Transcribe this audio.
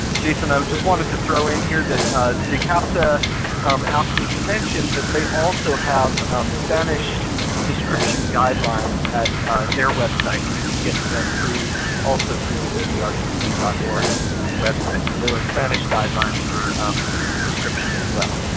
jason i'd just wanted to throw in here that dicapta asked me to mention that they also have spanish description guidelines at their website and you can get to them also through also through the vdrdc dot org website, so there are spanish guidelines for description as well.